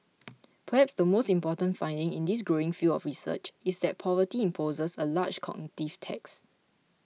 perhaps the most important finding in this growing field of research is that poverty imposes a large cognitive tax